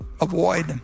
avoid